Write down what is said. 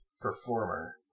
performer